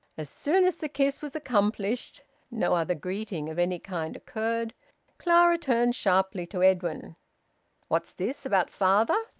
as soon as the kiss was accomplished no other greeting of any kind occurred clara turned sharply to edwin what's this about father?